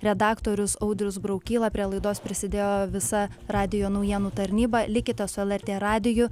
redaktorius audrius braukyla prie laidos prisidėjo visa radijo naujienų tarnyba likite su lrt radiju